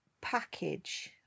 package